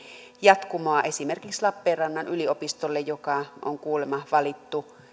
jatkumoa esimerkiksi lappeenrannan yliopistolle joka on kuulemma valittu